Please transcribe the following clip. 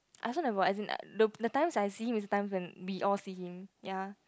I also never as in look the time I see him is the time we all see him ya